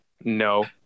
No